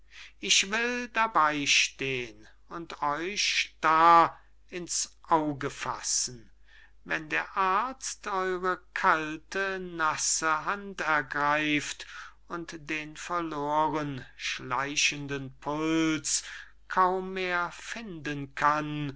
ich will dabey steh'n und euch starr ins auge fassen wenn der arzt eure kalte nasse hand ergreift und den verloren schleichenden puls kaum mehr finden kann